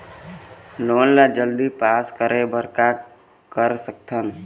Loan ला जल्दी pass करे बर का कर सकथन?